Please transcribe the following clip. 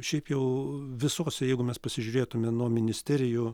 šiaip jau visose jeigu mes pasižiūrėtume nuo ministerijų